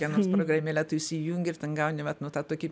kokia nors programėlė tu įsijungi ir ten gauni vat nu tą tokį